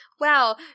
wow